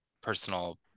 personal